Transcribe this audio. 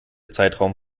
zeitraum